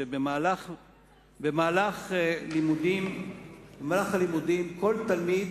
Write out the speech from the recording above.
שבמהלך הלימודים כל תלמיד